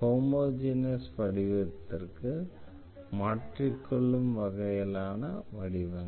homogeneous வடிவத்திற்கு மாற்றிக்கொள்ளும் வகையிலான வடிவங்கள்